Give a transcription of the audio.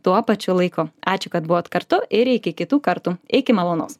tuo pačiu laiku ačiū kad buvot kartu ir iki kitų kartų iki malonaus